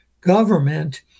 government